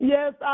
Yes